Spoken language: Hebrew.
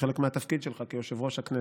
כחלק מהתפקיד שלך כיושב-ראש הכנסת,